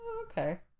Okay